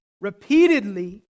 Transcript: Repeatedly